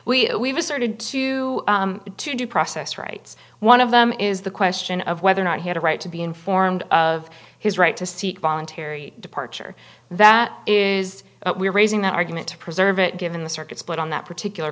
interest we started to to due process rights one of them is the question of whether or not he had a right to be informed of his right to seek voluntary departure that is we're raising the argument to preserve it given the circuit split on that particular